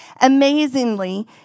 Amazingly